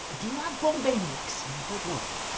do you have bombay mix? i'm afraid not.